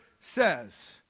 says